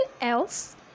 else